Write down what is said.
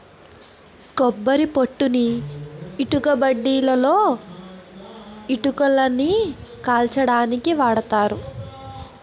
కొబ్బరి పొట్టుని ఇటుకబట్టీలలో ఇటుకలని కాల్చడానికి వాడతారు